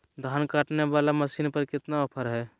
धान काटने वाला मसीन पर कितना ऑफर हाय?